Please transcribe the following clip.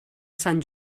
sant